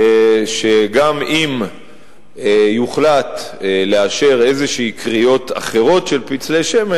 גם אם יוחלט לאשר כריות אחרות כלשהן של פצלי שמן,